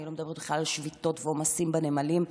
אני לא מדברת איתך על שביתות ועומסים בנמלים,